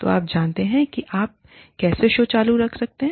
तो आप जानते हैं कि आप कैसे शो को चालू रखते हैं